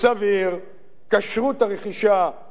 כשרות הרכישה תיבדק,